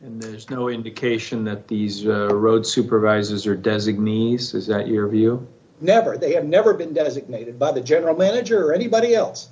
and there's no indication that these road supervisors are designees is that your view never they have never been designated by the general manager or anybody else